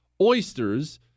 oysters